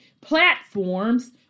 platforms